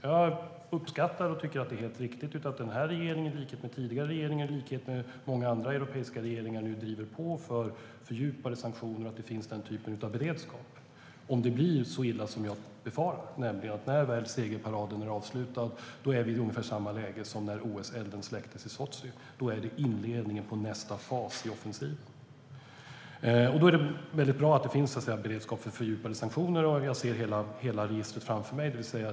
Jag uppskattar och tycker att det är helt riktigt att den här regeringen, i likhet med den tidigare regeringen, i likhet med många andra europeiska regeringar, nu driver på för och att det finns en beredskap för fördjupade sanktioner. Det gäller om det blir så illa som jag befarar, nämligen att när väl segerparaden är avslutad befinner vi oss i ungefär samma läge som när OS-elden släcktes i Sotji. Då är det inledningen på nästa fas i offensiven, och då är det bra att det finns beredskap för fördjupade sanktioner. Jag ser hela registret framför mig.